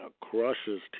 crushes